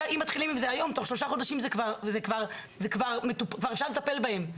אם מתחילים עם זה היום תוך שלושה חודשים כבר אפשר לטפל בהם.